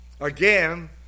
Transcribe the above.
Again